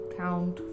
count